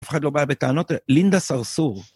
אף אחד לא בא בטענות, לינדה סרסור.